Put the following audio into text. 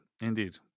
Indeed